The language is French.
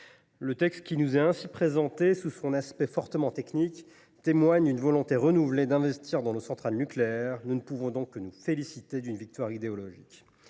Le texte qui nous est présenté, sous son aspect fortement technique, témoigne d’une volonté renouvelée d’investir dans nos centrales nucléaires. Nous ne pouvons que nous féliciter de cette victoire idéologique.